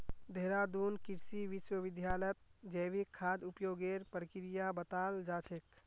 देहरादून कृषि विश्वविद्यालयत जैविक खाद उपयोगेर प्रक्रिया बताल जा छेक